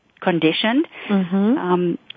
conditioned